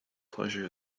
pleasure